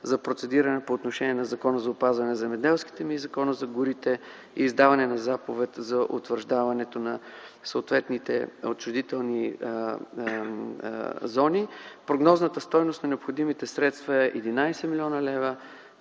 за процедиране по отношение на Закона за опазване на земеделските земи и по Закона за горите и издаване на заповед за утвърждаването на съответните отчуждителни зони. Прогнозната стойност на необходимите средства е 11 млн. лв.